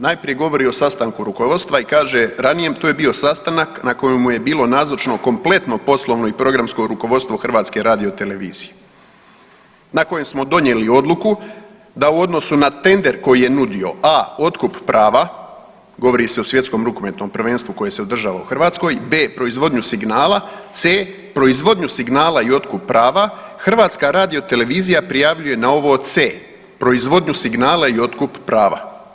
Najprije govori o sastanku rukovodstva i kaže ranijem to je bio sastanak na kojemu je bilo nazočno kompletno poslovno i programsko rukovodstvo HRT-a na kojem smo donijeli odluku da u odnosu na tender koji je nudio a) otkup prava, govori se o Svjetskom rukometnom prvenstvu koje se održava u Hrvatskoj, b) proizvodnju signala, c) proizvodnju signala i otkup prava, HRT prijavljuje na ovo c) proizvodnju signala i otkup prava.